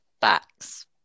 backs